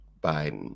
Biden